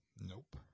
Nope